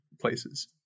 places